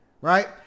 right